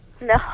No